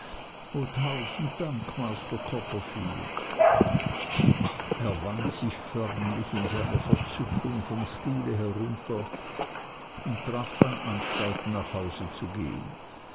tausend dank master copperfield er wand sich förmlich in seiner verzückung vom stuhle herunter und traf dann anstalten nach hause zu gehen